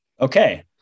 okay